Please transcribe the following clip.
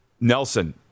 Nelson